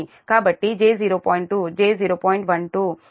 12 ఈ వైపు j0